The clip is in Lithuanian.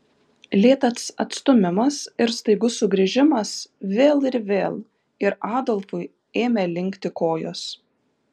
lėtas atstūmimas ir staigus sugrįžimas vėl ir vėl ir adolfui ėmė linkti kojos